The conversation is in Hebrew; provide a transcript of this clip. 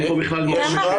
אין פה בכלל שאלה.